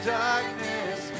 darkness